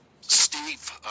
Steve